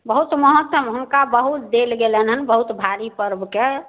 बहुत महत्तम हँ हुनका देल गेलनि हँ बहुत भारी पर्वके